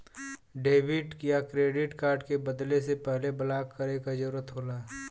debit या credit card के बदले से पहले ब्लॉक करे क जरुरत होला